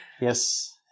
Yes